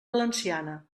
valenciana